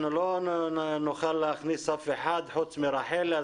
אנחנו לא נוכל להכניס אף אחד חוץ מרחלי.